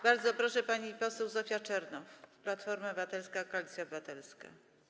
Bardzo proszę, pani poseł Zofia Czernow, Platforma Obywatelska - Koalicja Obywatelska.